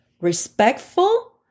respectful